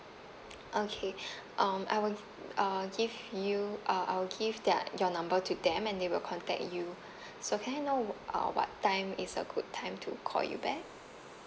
okay um I will uh give you uh I'll give their your number to them and they will contact you so can I know uh what time is a good time to call you back